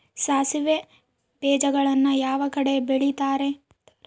ಸಾಸಿವೆ ಬೇಜಗಳನ್ನ ಯಾವ ಕಡೆ ಬೆಳಿತಾರೆ?